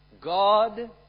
God